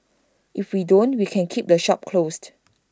if we don't we can keep the shop closed